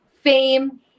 fame